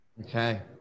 Okay